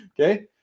Okay